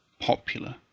popular